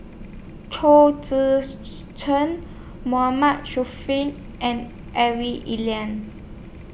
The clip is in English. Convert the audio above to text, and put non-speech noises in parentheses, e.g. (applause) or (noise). Chong Tze (noise) Chien Mahmood (unintelligible) and Ivy (unintelligible)